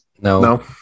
No